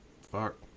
fuck